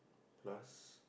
last